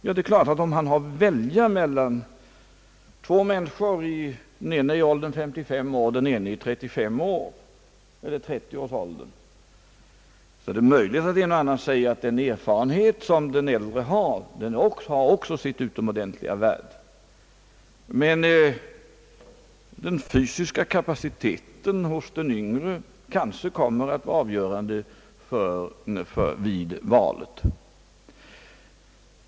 Ja, om han har att välja mellan två personer, varav den ena är 55 år och den andra cirka 30 år, är det möjligt att någon skulle mena att den erfarenhet den äldre besitter också har sitt utomordentliga värde, men den yngres större fysiska kapacitet kanske kommer att bli avgörande vid valet.